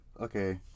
Okay